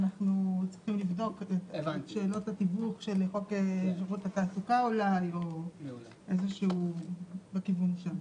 אנחנו צריכים לבדוק את שאלות התיווך של חוק שירות התעסוקה או בכיוון שם.